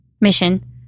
mission